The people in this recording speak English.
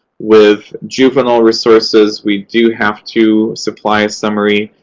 with juvenile resources, we do have to supply a summary.